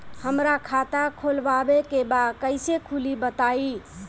हमरा खाता खोलवावे के बा कइसे खुली बताईं?